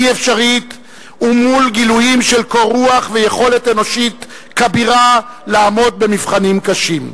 אפשרית ומול גילויים של קור רוח ויכולת אנושית כבירה לעמוד במבחנים קשים.